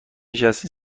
نشستین